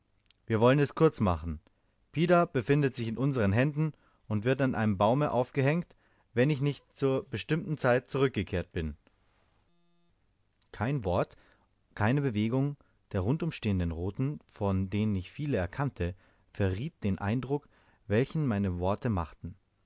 wir wollen es kurz machen pida befindet sich in unseren händen und wird an einem baume aufgehängt wenn ich nicht zur bestimmten zeit zurückgekehrt bin kein wort keine bewegung der rundum stehenden roten von denen ich viele erkannte verriet den eindruck welchen meine worte machten